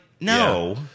no